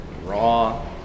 raw